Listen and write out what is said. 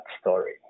story